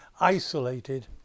isolated